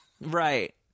Right